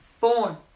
Born